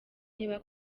niba